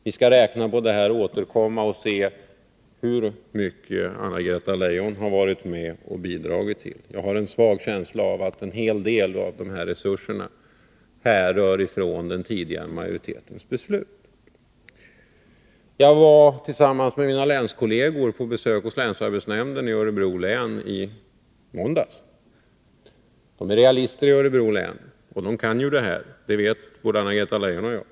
Vi skall räkna på detta och återkomma för att se hur mycket Anna-Greta Leijon har bidragit till. Jag har en svag känsla av att en hel del av de här resurserna härrör från den tidigare majoritetens beslut. Jag var tillsammans med mina länskolleger på besök hos länsarbetsnämnden i Örebro län i måndags. Folk är realister i Örebro län, och där kan man de här frågorna. Det vet både Anna-Greta Leijon och jag.